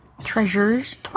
treasures